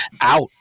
out